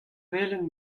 velen